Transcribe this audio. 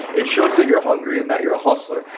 it shows that you're hungry and that you're a hustler.